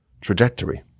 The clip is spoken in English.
trajectory